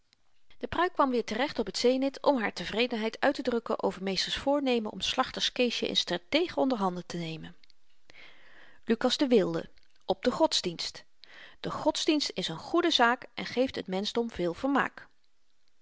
de pruik kwam weer terecht op t zenith om haar tevredenheid uittedrukken over meester's voornemen om slachterskeesjen eens terdeeg onder handen te nemen lukas de wilde op de godsdienst de godsdienst is een goede zaak en geeft het menschdom veel vermaak